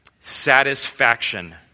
Satisfaction